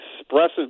expressive